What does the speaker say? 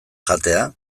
jatea